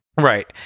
Right